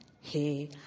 hey